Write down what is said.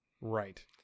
Right